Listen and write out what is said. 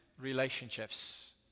relationships